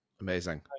amazing